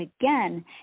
again